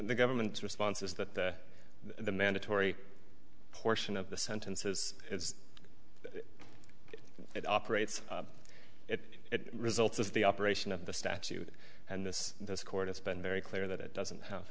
the government's response is that the mandatory portion of the sentences it operates it results of the operation of the statute and this court has been very clear that it doesn't have